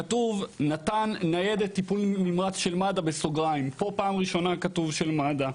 כתוב נט"ן; כאן בפעם הראשונה כתוב של מד"א.